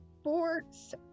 sports